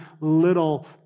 little